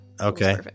Okay